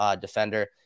defender